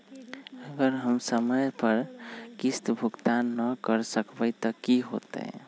अगर हम समय पर किस्त भुकतान न कर सकवै त की होतै?